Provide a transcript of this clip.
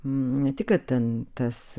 ne tik kad ten tas